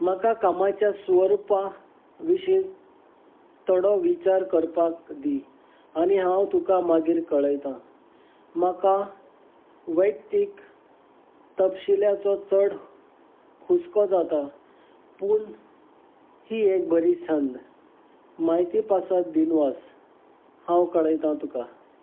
म्हाका कामाच्या स्वरूपा विशीं थोडो विचार करपाक दी आनी हांव तुका मागीर कळयतां म्हाका वैयक्तीक तपशिलाचो चड हुस्को जाता पूण ही एक बरी संद म्हायती पासत दिनवास हांव कळयतां तुका